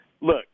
Look